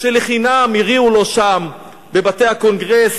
שלחינם הריעו לו שם בבתי הקונגרס,